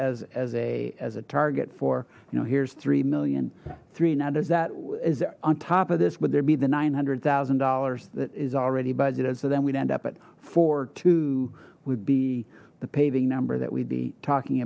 as a as a target for you know here's three million three now does that is on top of this would there be the nine hundred thousand dollars that is already budgeted so then we'd end up but four two would be the paving number that we'd be talking